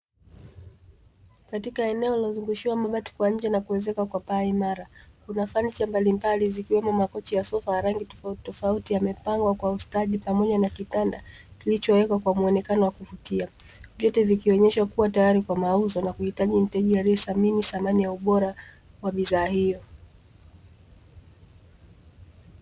Katika eneo lililozungushiwa mabati kwa nje na kuwezekwa kwa paa imara, kuna fanicha mbalimbali zikiwemo makochi ya sofa ya rangi tofauti tofauti yamepangwa kwa ustadi pamoja na kitanda kilichowekwa kwa muonekano wa kuvutia. Vyote vikionyeshwa kuwa tayari kwa mauzo na kuhitaji mteja aliyesamini samani ya ubora ya bidhaa hiyo.